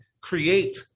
create